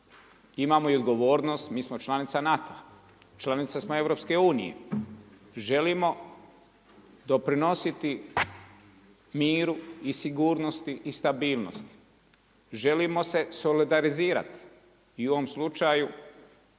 imamo i odgovornost mi smo članica NATO-a, članica smo EU, želimo doprinositi miru, sigurnosti i stabilnosti, želimo se solidarizirati. I u ovom slučaju